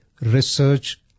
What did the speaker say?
research